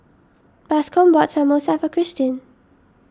Bascom bought Samosa for Kirstin